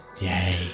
yay